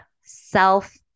self